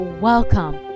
welcome